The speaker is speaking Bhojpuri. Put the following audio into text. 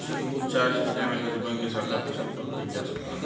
चेकबुक चार्ज के जाने खातिर बैंक के शाखा पे संपर्क किहल जा सकला